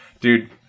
Dude